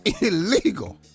illegal